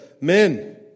Men